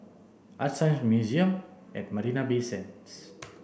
ArtScience Museum at Marina Bay Sands